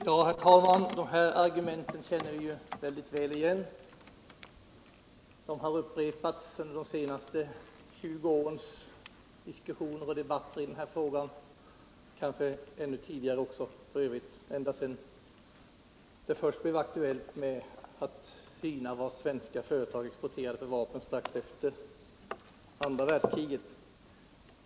Herr talman! De här argumenten känner vi mycket väl igen. De har upprepats under de senaste 20 årens diskussioner och debatter i denna fråga, kanske ännu tidigare f. ö., ända sedan det först blev aktuellt att syna vad svenska företag exporterade för vapen strax efter andra världskriget.